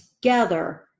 together